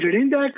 index